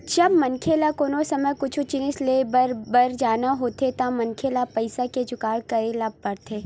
जब मनखे ल कोनो समे कुछु जिनिस लेय बर पर जाना होथे त मनखे ल पइसा के जुगाड़ करे ल परथे